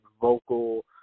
vocal